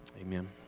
amen